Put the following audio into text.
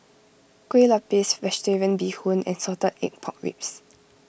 Kueh Lopes Vegetarian Bee Hoon and Salted Egg Pork Ribs